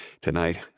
Tonight